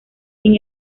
sin